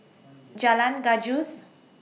Jalan Gajus